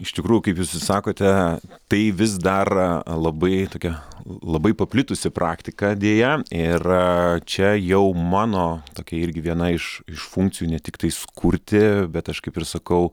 iš tikrųjų kaip jūs ir sakote tai vis dar labai tokia labai paplitusi praktika deja ir čia jau mano tokia irgi viena iš iš funkcijų ne tiktais kurti bet aš kaip ir sakau